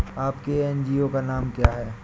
आपके एन.जी.ओ का नाम क्या है?